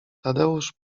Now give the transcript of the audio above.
tadeusz